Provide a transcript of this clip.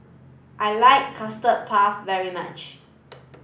I like custard puff very much